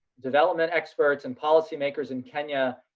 development experts and policy makers in kenya,